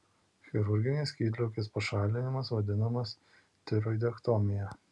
chirurginis skydliaukės pašalinimas vadinamas tiroidektomija